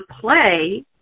play